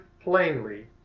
plainly